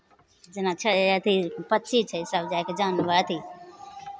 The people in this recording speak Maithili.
जेना छै अथि पक्षी छै सभ जाए कऽ जानव अथि